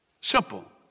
Simple